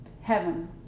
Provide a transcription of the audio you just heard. heaven